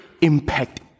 impact